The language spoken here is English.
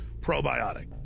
probiotic